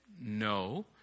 No